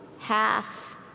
half